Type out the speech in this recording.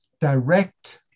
direct